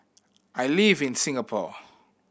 I live in Singapore